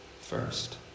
First